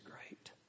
great